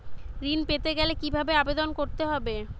ঋণ পেতে গেলে কিভাবে আবেদন করতে হবে?